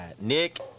Nick